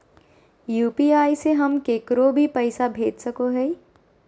UPI से हम केकरो भी पैसा भेज सको हियै?